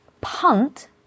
punt